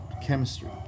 chemistry